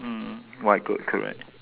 mm white goat correct